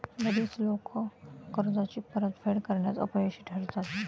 बरीच लोकं कर्जाची परतफेड करण्यात अपयशी ठरतात